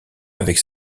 avec